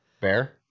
bear